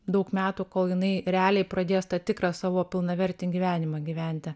daug metų kol jinai realiai pradės tą tikrą savo pilnavertį gyvenimą gyventi